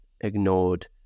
ignored